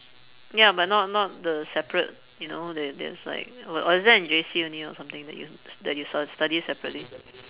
ya but not not the separate you know that that is like or or is that in J_C only or something that y~ that you s~ stu~ study separately